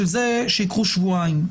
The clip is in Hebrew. בשביל זה שייקחו שבועיים.